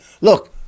Look